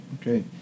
Okay